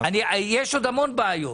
יש עוד המון בעיות